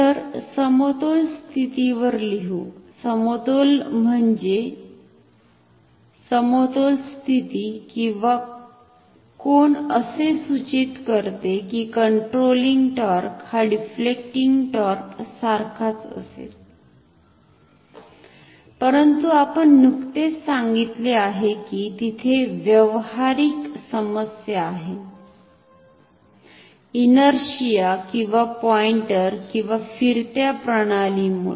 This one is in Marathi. तर समतोल स्थितीवर लिहू समतोल म्हणजे समतोल स्थिती किंवा कोन असे सूचित करते की कंट्रोलिंग टॉर्क हा डिलेक्टिव्हिंग टॉर्क सारखाच असेल परंतु आपण नुकतेच सांगितले आहे की तिथे व्यावहारिक समस्या आहे ईनर्शिआ किंवा पॉईन्टर किंवा फिरत्या प्रणालीमुळे